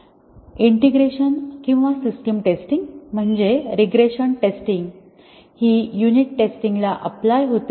integration किंवा system testing म्हणजे regression testing हि युनिट टेस्टिंग ला अप्लाय होते का